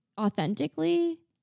authentically